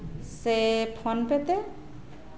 ᱥᱮ ᱯᱷᱳᱱᱯᱮ ᱛᱮ